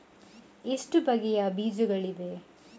ಎಷ್ಟು ಬಗೆಯ ಬೀಜಗಳಿವೆ?